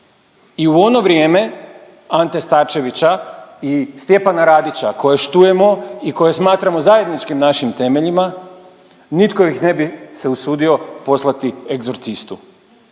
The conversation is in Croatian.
I u ono vrijeme Ante Starčevića i Stjepana Radića koje štujemo i koje smatramo zajedničkim našim temeljima nitko ih ne bi se usudio poslati egzorcistu